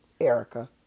Erica